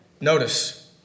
Notice